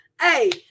hey